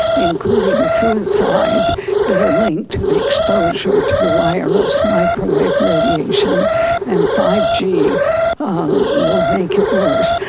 including suicides that are linked to the exposure to the wireless microwave radiation and five g will make it worse.